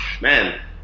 man